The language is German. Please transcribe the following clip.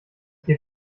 geht